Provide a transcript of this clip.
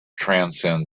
transcend